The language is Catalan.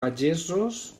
pagesos